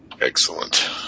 Excellent